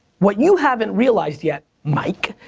what you haven't realized yet, mike,